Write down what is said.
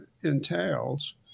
entails